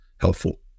helpful